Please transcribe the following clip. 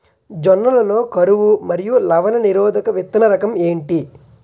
జొన్న లలో కరువు మరియు లవణ నిరోధక విత్తన రకం ఏంటి?